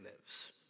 lives